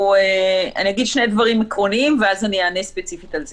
אני אגיד שני דברים עקרוניים ואז אענה ספציפית על זה.